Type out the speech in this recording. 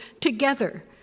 together